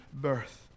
birth